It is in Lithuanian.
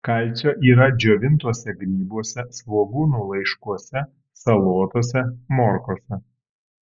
kalcio yra džiovintuose grybuose svogūnų laiškuose salotose morkose